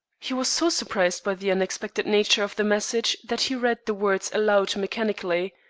he was so surprised by the unexpected nature of the message that he read the words aloud mechanically.